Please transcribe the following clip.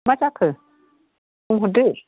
मा जाखो बुंहरदो